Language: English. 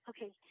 Okay